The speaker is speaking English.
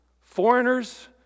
foreigners